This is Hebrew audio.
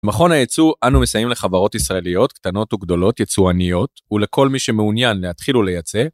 מכון הייצוא אנו מסיים לחברות ישראליות קטנות וגדולות יצואניות ולכל מי שמעוניין להתחילו לייצא.